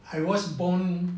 I was born